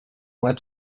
mois